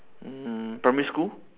mm primary school